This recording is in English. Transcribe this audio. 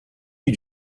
you